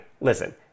listen